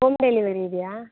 home delivery ಇದೆಯಾ